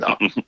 no